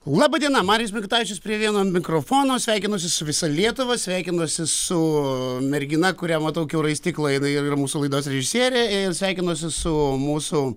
laba diena marijus mikutavičius prie vieno mikrofono sveikinuosi su visa lietuva sveikinuosi su mergina kurią matau kiaurai stiklą jinai ir yra mūsų laidos režisierė ir sveikinuosi su mūsų